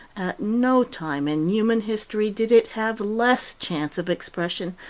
at no time in human history did it have less chance of expression,